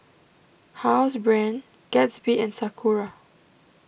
Housebrand Gatsby and Sakura